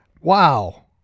wow